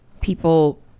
people